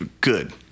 good